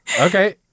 Okay